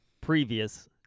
previous